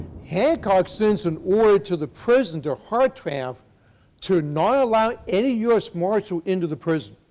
hancock sends an order to the prison to hartranft to not allow any u. s. marshall into the prison.